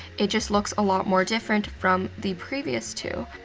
it just looks a lot more different from the previous two.